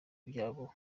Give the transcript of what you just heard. byabo